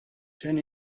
ten